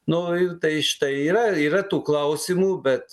nu ir tai štai yra yra tų klausimų bet